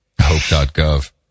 hope.gov